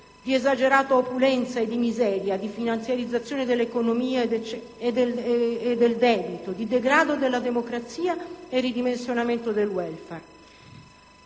di esagerata opulenza e di miseria, di finanziarizzazione dell'economia e del debito, di degrado della democrazia e ridimensionamento del *welfare*.